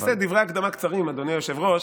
נעשה דברי הקדמה קצרים, אדוני היושב-ראש,